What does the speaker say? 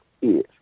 Yes